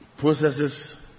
processes